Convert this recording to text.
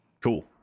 cool